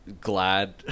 glad